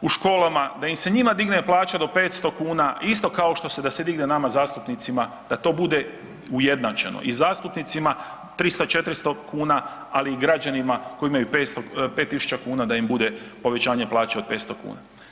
u školama, da im se njima digne plaća do 500 kuna, isto kao da se digne nama zastupnicima, da to bude ujednačeno i zastupnicima 300, 400 kuna, ali i građanima koji imaju 5000 kuna da im bude povećanje plaće od 500 kuna.